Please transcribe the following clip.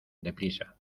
deprisa